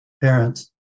parents